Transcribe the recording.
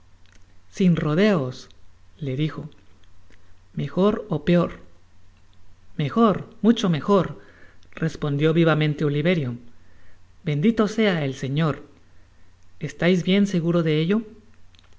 sin rodeos le dijo mejor ó peor mejor mucho mejor respondió vivamente oliverio bendito sea el señor estais bien seguro de ello